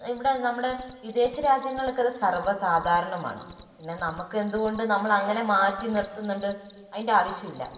ഇവിടെ നമ്മുടെ വിദേശ രാജ്യങ്ങളിലൊക്കെ ഇത് സർവ്വസാധാരണമാണ് പിന്നെ നമുക്കെന്തുകൊണ്ട് നമ്മളങ്ങനെ മാറ്റി നിർത്തുന്നുണ്ട് അതിന്റെ ആവശ്യമില്ല